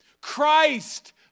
Christ